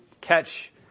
catch